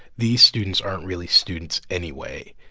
these students aren't really students anyway,